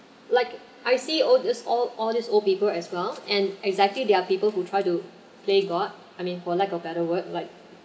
like I see all these all all these old people as well and exactly they are people who try to play god I mean for lack of better word like